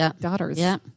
daughters